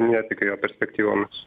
netikiu jo perspektyvomis